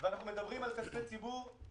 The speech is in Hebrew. ואנחנו מדברים על כספי ציבור.